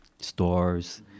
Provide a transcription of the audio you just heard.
stores